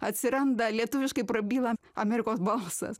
atsiranda lietuviškai prabyla amerikos balsas